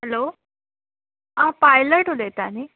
hello आं pilot उलयता न्ही